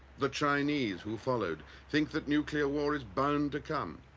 the chinese, who followed, think that nuclear war is bound to come.